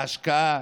ההשקעה,